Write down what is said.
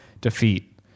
defeat